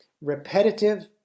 repetitive